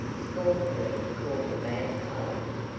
scornfully called the mad parliament.